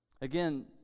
Again